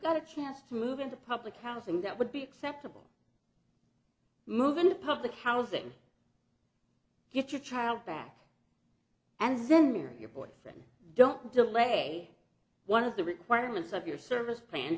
got a chance to move into public housing that would be acceptable move into public housing get your child back and then marry your boyfriend don't delay one of the requirements of your service plan